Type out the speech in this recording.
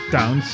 Down